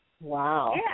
Wow